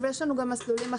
אבל יש לנו גם מסלולים אחרים,